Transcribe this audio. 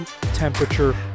temperature